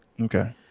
okay